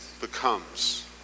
becomes